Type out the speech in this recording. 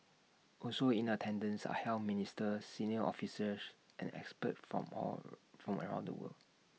also in attendance are health ministers senior officials and experts from all from around the world